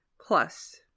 plus